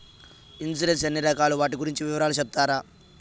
Insurance ఎన్ని రకాలు వాటి గురించి వివరాలు సెప్తారా?